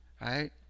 Right